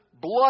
blood